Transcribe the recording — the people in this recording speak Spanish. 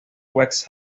west